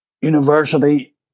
University